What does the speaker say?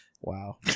Wow